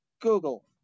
Google